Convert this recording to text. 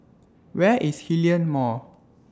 Where IS Hillion Mall